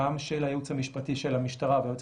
גם של הייעוץ המשפטי של המשטרה והיועץ